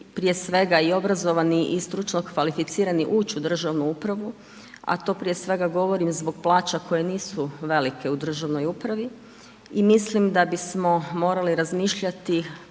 prije svega i obrazovani i stručno kvalificirani ući u državnu upravu. A to prije svega govorim zbog plaća koje nisu velike u državnoj upravi i mislim da bismo morali razmišljati,